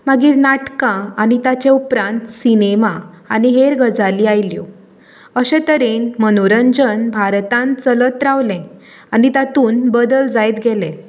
मागीर नाटकां आनी ताचे उपरांत सिनेमा आनी हेर गजाली आयल्यो अशे तरेन मनोरंजन भारतान चलत रावलें आनी तातून बदल जायत गेले